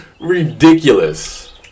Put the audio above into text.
ridiculous